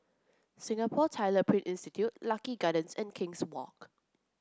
Singapore Tyler Print Institute Lucky Gardens and King's Walk